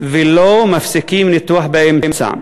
ו"לא מפסיקים ניתוח באמצע".